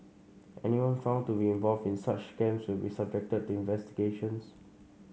anyone found to be involved in such scams will be subjected to investigations